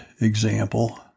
example